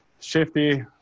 Shifty